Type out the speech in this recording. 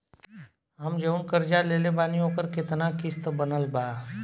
हम जऊन कर्जा लेले बानी ओकर केतना किश्त बनल बा?